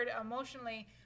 emotionally